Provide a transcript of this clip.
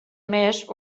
més